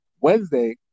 Wednesday